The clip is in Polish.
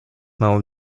małą